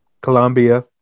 Colombia